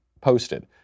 posted